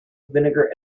vinegar